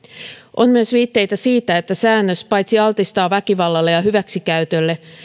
on myös viitteitä siitä että säännös paitsi altistaa väkivallalle ja hyväksikäytölle